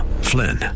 Flynn